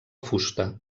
fusta